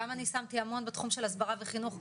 גם אני שמתי המון בתחום של הסברה וחינוך,